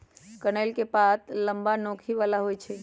कनइल के पात लम्मा, नोखी बला होइ छइ